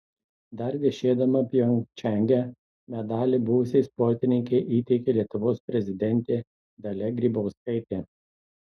dar viešėdama pjongčange medalį buvusiai sportininkei įteikė lietuvos prezidentė dalia grybauskaitė